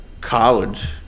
college